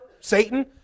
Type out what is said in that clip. Satan